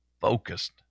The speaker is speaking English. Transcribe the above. focused